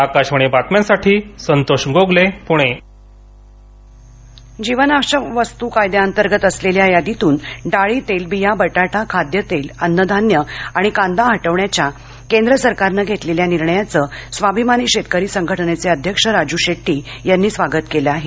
आकाशवाणी बातम्यांसाठी संतोष गोगले पुणे राजू शेट्टी जीवनावश्यक वस्तू कायद्याअंतर्गत असलेल्या यादीतून डाळी तेलबिया बटाटा खाद्यतेल अन्नधान्य आणि कांदा हटविण्याच्या केंद्र सरकारनं घेतलेल्या निर्णयाचं स्वाभिमानी शेतकरी संघटनेचे अध्यक्ष राजु शेट्टी यांनी स्वागत केलं आहे